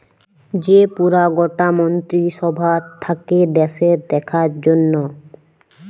যে পুরা গটা মন্ত্রী সভা থাক্যে দ্যাশের দেখার জনহ